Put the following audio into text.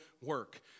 work